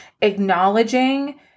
acknowledging